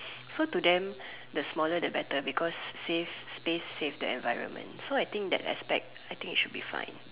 so to them the smaller the better because save space save the environment so I think that aspect I think it should be fine